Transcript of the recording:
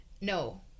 No